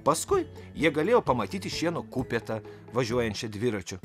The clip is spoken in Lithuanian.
paskui jie galėjo pamatyti šieno kupetą važiuojančią dviračiu